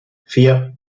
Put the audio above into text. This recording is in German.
vier